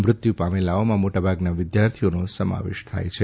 મૃત્યુ પામેલામાં મોટાભાગના વિદ્યાર્થીઓનો સમાવેશ થાય છે